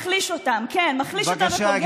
מה שמחליש אותם,